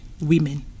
women